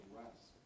rest